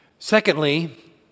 secondly